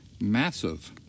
massive